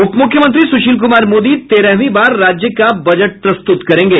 उप मुख्यमंत्री सुशील कुमार मोदी तेरहवीं बार राज्य का बजट प्रस्तुत करेंगे